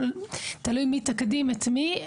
תלוי מי תקדים את מי,